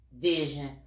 vision